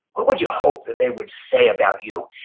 what would you hope that they would say about you,